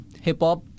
Hip-hop